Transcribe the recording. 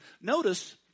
Notice